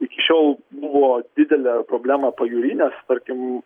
iki šiol buvo didelė problema pajūry nes tarkim